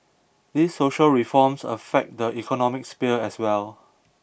these social reforms affect the economic sphere as well